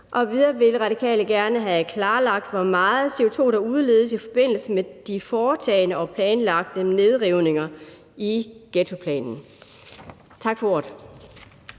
Og videre vil Radikale gerne have klarlagt, hvor meget CO2 der udledes i forbindelse med de foretagne og planlagte nedrivninger i ghettoplanen. Tak for ordet.